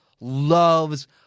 loves